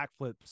backflips